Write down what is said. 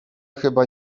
chyba